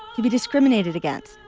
to be discriminated against,